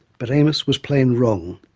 but amis was plain wrong.